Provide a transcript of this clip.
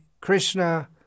Krishna